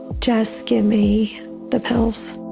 just give me the pills.